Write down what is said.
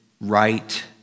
right